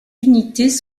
unités